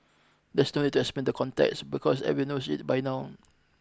there's no need to explain the context because every knows it by now